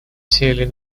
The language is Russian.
цели